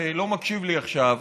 שלא מקשיב לי עכשיו,